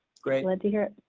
great. glad to hear it.